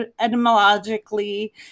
etymologically